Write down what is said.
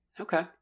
Okay